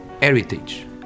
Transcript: Heritage